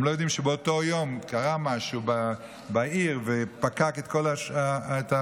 הם לא יודעים שבאותו יום קרה משהו בעיר ופקק את כל התחבורה,